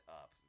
up